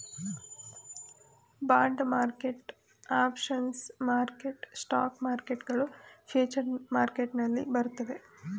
bond market, options market, stock market ಗಳು future market ನಲ್ಲಿ ಬರುತ್ತದೆ